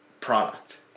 product